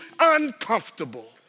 uncomfortable